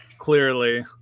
Clearly